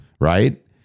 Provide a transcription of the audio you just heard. right